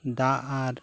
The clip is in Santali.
ᱫᱟᱜ ᱟᱨ